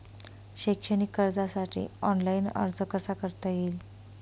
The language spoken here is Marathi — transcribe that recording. शैक्षणिक कर्जासाठी ऑनलाईन अर्ज कसा करता येईल?